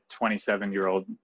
27-year-old